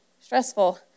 stressful